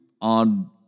on